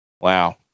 Wow